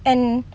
and